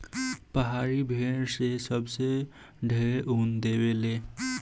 पहाड़ी भेड़ से सबसे ढेर ऊन देवे ले